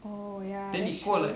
oh ya that's true